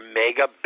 mega